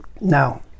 now